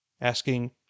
asking